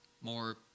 more